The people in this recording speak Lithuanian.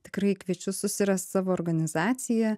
tikrai kviečiu susirast savo organizaciją